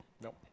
nope